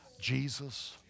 Jesus